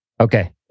Okay